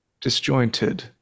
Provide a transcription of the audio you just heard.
disjointed